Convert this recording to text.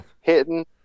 Hitting